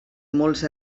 molts